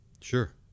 sure